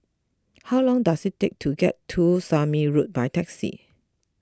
how long does it take to get to Somme Road by taxi